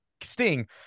Sting